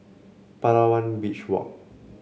Palawan Beach Walk